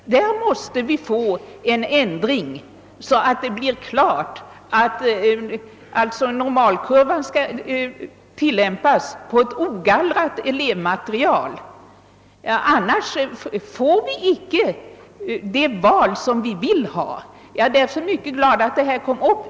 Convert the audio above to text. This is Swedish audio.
Här måste vi få en ändring till stånd, så att normalkurvan bara tilllämpas på ett ogallrat elevmaterial. Annars stimulerar man inte till det val som är önskvärt. Jag är därför mycket glad att detta tagits upp.